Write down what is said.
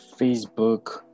Facebook